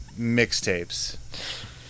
mixtapes